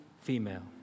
female